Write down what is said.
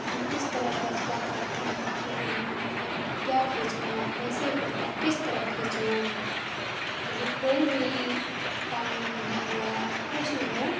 ہم اس طرح فیصلہ کرتے ہیں کہ ہمیں کیا کھینچنا ہے کیسے کھینچنا ہے کس طرح کھینچنا ہے تو جیسے کوئی بھی کام ہو یا کچھ بھی ہو